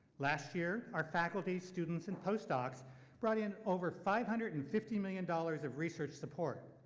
last year, our faculty students and post-docs brought in over five hundred and fifty million dollars of research support.